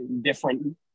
different